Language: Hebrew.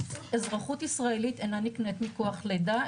אזרחות ישראלית אינה נקנית מכוח לידה,